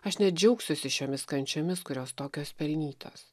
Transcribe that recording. aš net džiaugsiuosi šiomis kančiomis kurios tokios pelnytos